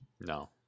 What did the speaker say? No